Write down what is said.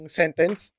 sentence